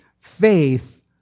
faith